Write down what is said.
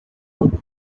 dude